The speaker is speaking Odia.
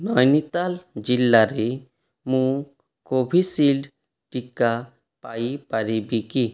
ନୈନିତାଲ ଜିଲ୍ଲାରେ ମୁଁ କୋଭିସିଲ୍ଡ୍ ଟିକା ପାଇପାରିବି କି